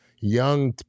young